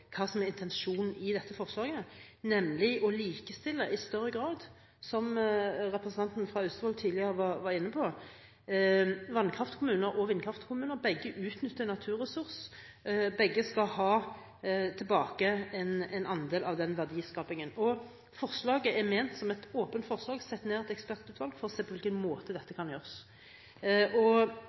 hva som er intensjonen i dette forslaget, nemlig i større grad å likestille, som representanten fra Austevoll tidligere var inne på, vannkraftkommuner og vindkraftkommuner, som begge utnytter en naturresurs. Begge skal ha tilbake en andel av den verdiskapingen. Forslaget er ment som et åpent forslag om å sette ned et ekspertutvalg for å se på hvordan dette kan gjøres.